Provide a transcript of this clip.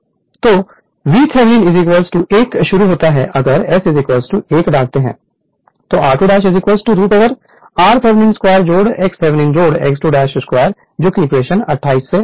तो कि VThevenin 1 शुरू होता है अगर S 1 डालते हैं तो r2 root over r Thevenin 2 x Thevenin x 2 2 जो इक्वेशन 28 से है यह मेरा इक्वेशन 20 है